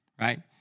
right